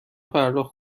پرداخت